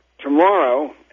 tomorrow